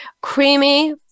creamy